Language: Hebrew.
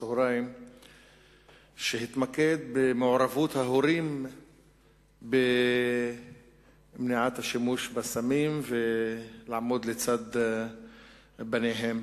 הצהריים והתמקד במעורבות ההורים במניעת השימוש בסמים ובעמידה לצד בניהם.